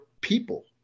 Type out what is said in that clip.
people